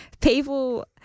people